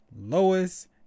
lois